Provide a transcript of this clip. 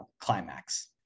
climax